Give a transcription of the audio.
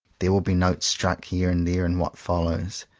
there will be notes struck here and there in what follows,